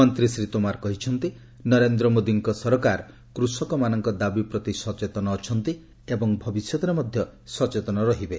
ମନ୍ତ୍ରୀ ଶ୍ରୀ ତୋମାର କହିଛନ୍ତି ନରେନ୍ଦ୍ର ମୋଦିଙ୍କ ସରକାର କୃଷକମାନଙ୍କ ଦାବି ପ୍ରତି ସଚେତନ ଅଛନ୍ତି ଏବଂ ଭବିଷ୍ୟତରେ ମଧ୍ୟ ସଚେତନ ରହିବେ